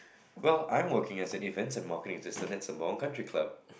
well I am working as a events and marketing assistant at Sembawang country club